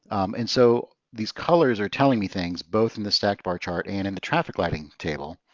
and so these colors are telling me things both in the stack bar chart and in the traffic lighting table.